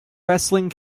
wrestling